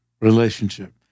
relationship